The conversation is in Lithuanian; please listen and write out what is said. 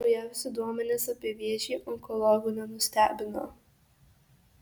naujausi duomenys apie vėžį onkologų nenustebino